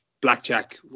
blackjack